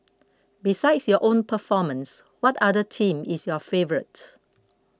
besides your own performance what other team is your favourite